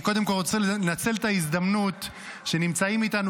אני קודם כול רוצה לנצל את ההזדמנות שנמצאים איתנו